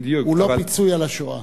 היא לא פיצוי על השואה.